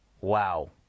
wow